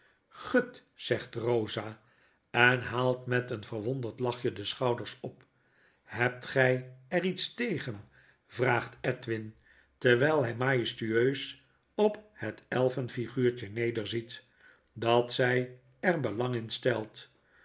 gut zegt rosa en haalt met een verwonderd lachje de schouders op hebt gtj er iets tegen vraagt edwin terwijl hy majestueus op het elfen figuuftje nederziet dat zij er belang in stelt